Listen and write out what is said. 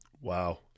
Wow